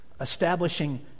establishing